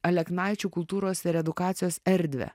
aleknaičių kultūros ir edukacijos erdvę